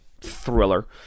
thriller